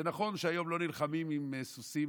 זה נכון שהיום לא נלחמים עם סוסים